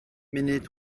munud